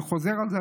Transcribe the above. ואני חוזר על זה,